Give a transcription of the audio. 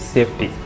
Safety